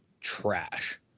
trash